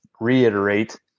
reiterate